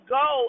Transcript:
go